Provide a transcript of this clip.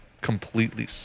completely